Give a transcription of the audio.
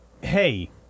hey